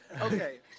Okay